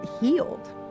healed